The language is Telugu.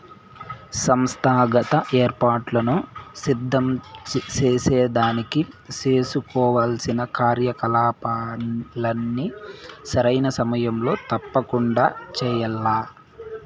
సంస్థాగత ఏర్పాట్లను సిద్ధం సేసేదానికి సేసుకోవాల్సిన కార్యకలాపాల్ని సరైన సమయంలో తప్పకండా చెయ్యాల్ల